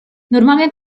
normalment